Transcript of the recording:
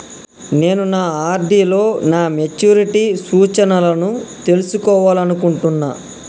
నేను నా ఆర్.డి లో నా మెచ్యూరిటీ సూచనలను తెలుసుకోవాలనుకుంటున్నా